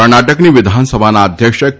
કર્ણાટકની વિધાનસભાના અધ્યક્ષ કે